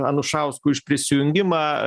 anušauskui už prisijungimą